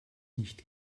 nicht